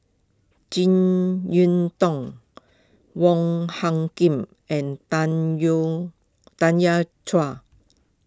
Jek Yeun Thong Wong Hung Khim and Tanya Chua